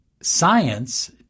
Science